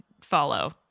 follow